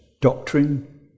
doctrine